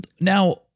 Now